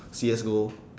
CSGO